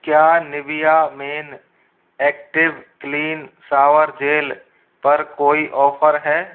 क्या Nivea men active clean shower gel पर कोई ऑफर है